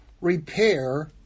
Repair